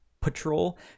Patrol